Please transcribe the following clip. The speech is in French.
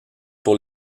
pour